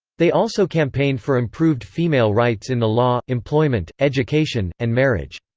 they also campaigned for improved female rights in the law, employment, education, and marriage.